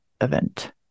event